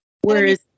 Whereas